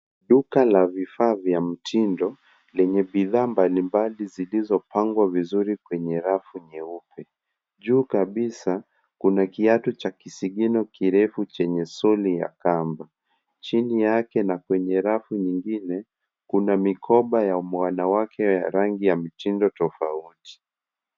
Duka la vifaa vya mtindo lenye bidhaa mbalimbali zilizopangwa vizuri kwenye rafu nyeupe. Juu kabisa kuna kiatu cha kisigino kirefu chenye soli ya kamba. Chini yake na kwenye rafu nyingine kuna mikoba ya wanawake ya rangi ya mtindo tofauti.